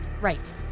right